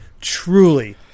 truly